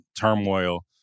turmoil